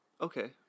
Okay